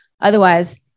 Otherwise